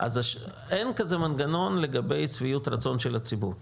אז אין כזה מנגנון לגבי שביעות רצון של הציבור.